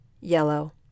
yellow